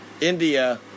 India